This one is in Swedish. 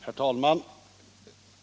Herr talman!